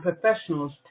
professionals